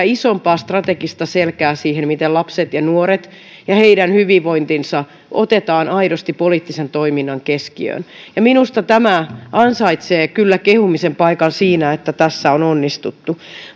isompaa strategista selkää siihen miten lapset ja nuoret ja heidän hyvinvointinsa otetaan aidosti poliittisen toiminnan keskiöön ja minusta tämä ansaitsee kyllä kehumisen paikan siinä että tässä on onnistuttu